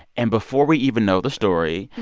and before we even know the story,